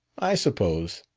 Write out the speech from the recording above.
i suppose.